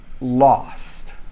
lost